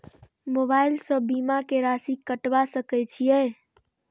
Mobile से बीमा के राशि कटवा सके छिऐ?